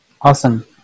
Awesome